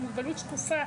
עם מוגבלות שקופה,